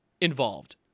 involved